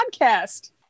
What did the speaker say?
podcast